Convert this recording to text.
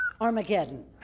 Armageddon